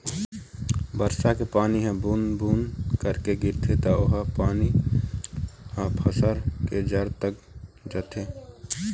बरसा के पानी ह बूंद बूंद करके गिरथे त ओ पानी ह फसल के जर तक जाथे